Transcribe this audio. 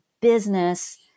business